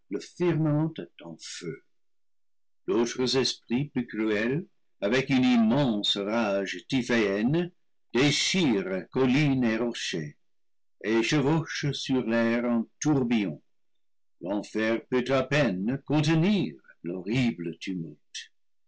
d'autres esprits plus cruels avec une immense rage typhéenne déchirent collines et rochers et chevauchent sur l'air en tourbillons l'enfer peut à peine contenir l'horrible